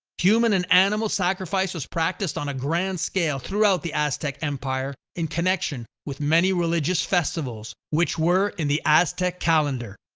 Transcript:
human and animal sacrifice was practiced on a grand scale throughout the aztec empire in connection with many religious festivals which were in the aztec calendar.